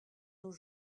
nos